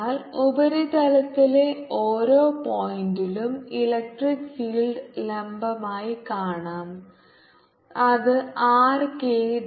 അതിനാൽ ഉപരിതലത്തിലെ ഓരോ പോയിന്റിലും ഇലക്ട്രിക് ഫീൽഡ് ലംബമായി കാണാം അത് r k ദിശയിലാണ്